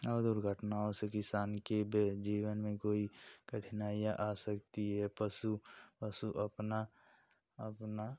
और दुर्घटनाओं से किसान के बे जीवन में कोई कठिनाइयाँ आ सकती हैं पशु पशु अपना अपना